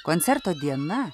koncerto diena